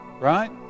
right